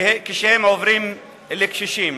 כשהם עוברים למעמד של קשישים.